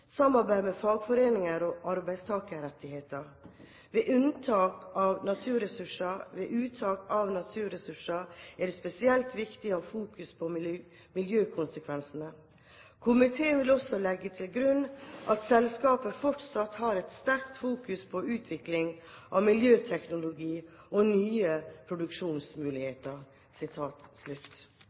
samarbeid med fagforeninger og arbeidstakerrettigheter. Ved uttak av naturressurser er det spesielt viktig å ha fokus på miljøkonsekvenser. Komiteen vil også legge til grunn at selskapet fortsatt har et sterkt fokus på utvikling av miljøteknologi og nye produksjonsmuligheter.»